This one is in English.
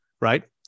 Right